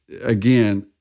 again